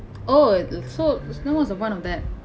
oh so so what was the point of that